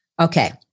Okay